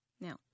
Now